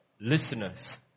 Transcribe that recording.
listeners